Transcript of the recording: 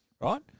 right